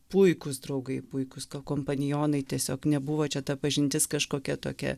puikūs draugai puikūs ko kompanionai tiesiog nebuvo čia ta pažintis kažkokia tokia